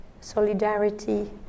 solidarity